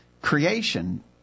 Creation